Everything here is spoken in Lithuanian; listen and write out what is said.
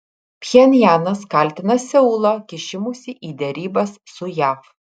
pchenjanas kaltina seulą kišimusi į derybas su jav